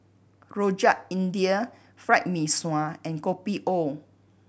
Rojak India Fried Mee Sua and Kopi O